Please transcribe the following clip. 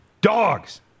Dogs